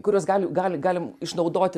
kuriuos gali gali galim išnaudoti